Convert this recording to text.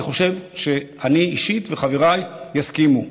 אני חושב שאני אישית אסכים וחבריי יסכימו.